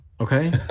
Okay